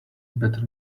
better